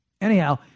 Anyhow